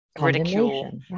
ridicule